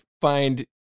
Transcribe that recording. find